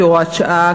כהוראת שעה,